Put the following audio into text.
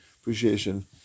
appreciation